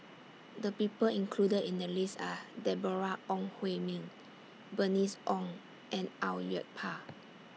The People included in The list Are Deborah Ong Hui Min Bernice Ong and Au Yue Pak